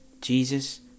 Jesus